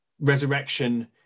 resurrection